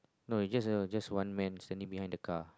no it's just a just one man standing behind the car